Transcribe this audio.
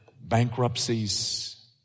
bankruptcies